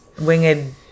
winged